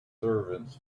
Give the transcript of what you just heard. servants